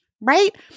Right